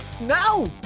No